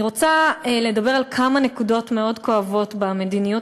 אני רוצה לדבר על כמה נקודות מאוד כואבות במדיניות